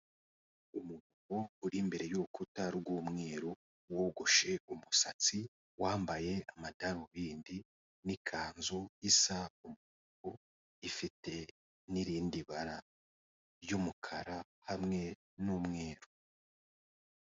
Umugabo uri imbere y'urukuta rw'umweru, wogoshe umusatsi, wambaye amadarubindi, n'ikanzu isa ubururu ifite n'irindi bara ry'umukara hamwe n'umweru.